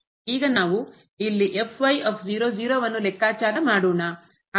ಈಗ ನಾವು ಇಲ್ಲಿ ಯನ್ನು ಲೆಕ್ಕಾಚಾರ ಮಾಡೋಣ